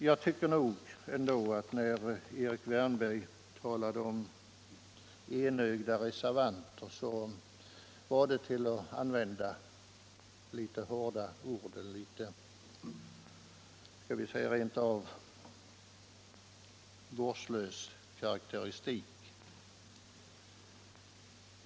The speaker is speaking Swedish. Jag tycker ändå att det, när Erik Wärnberg talade om enögda reservanter, var en rent ut sagt vårdslös karakteristik.